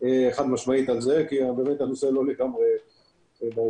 חד משמעית על זה כי באמת הנושא לא לגמרי ברור.